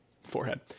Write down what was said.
Forehead